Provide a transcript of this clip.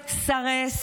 סרס,